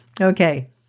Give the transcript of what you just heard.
Okay